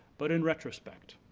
but in retrospect